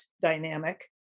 dynamic